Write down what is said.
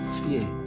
fear